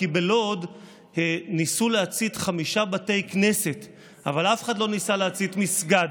כי בלוד ניסו להצית חמישה בתי כנסת אבל אף אחד לא ניסה להסית מסגד.